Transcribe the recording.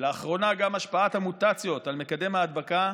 ולאחרונה גם השפעת המוטציות על מקדם ההדבקה,